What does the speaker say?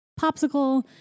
popsicle